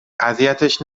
اذیتش